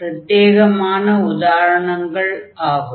பிரத்யேகமான உதாரணங்கள் ஆகும்